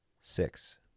six